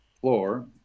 floor